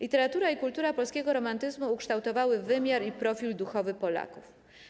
Literatura i kultura polskiego romantyzmu ukształtowały wymiar i profil duchowy Polaków.